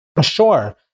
sure